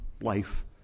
life